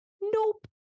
nope